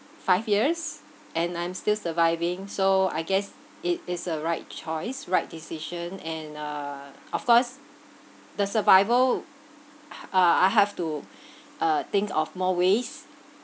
five years and I'm still surviving so I guess it is a right choice right decision and uh of course the survival h~ ah I have to uh think of more ways